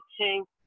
two